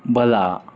ಬಲ